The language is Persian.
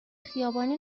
خیابانی